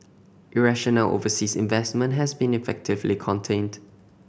irrational overseas investment has been effectively contained